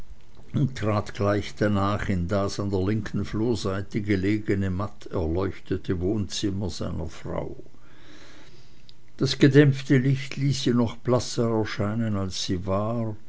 gleich danach in das an der linken flurseite gelegene matt erleuchtete wohnzimmer seiner frau das gedämpfte licht ließ sie noch blasser erscheinen als sie war